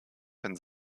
wenn